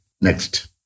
Next